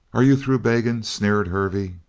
are you through begging? sneered hervey.